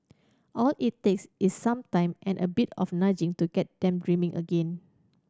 all it takes is some time and a bit of nudging to get them dreaming again